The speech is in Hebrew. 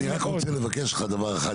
אני רק רוצה לבקש ממך דבר אחד,